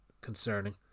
concerning